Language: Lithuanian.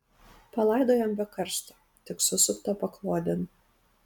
palaidojom be karsto tik susuptą paklodėn